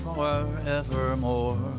forevermore